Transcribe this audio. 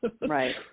Right